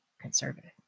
conservative